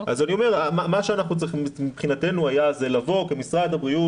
מה שאנחנו צריכים מבחינתנו היה זה לבוא כמשרד הבריאות